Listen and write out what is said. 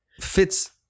fits